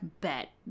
bet